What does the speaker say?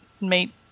meet